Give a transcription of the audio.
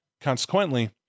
Consequently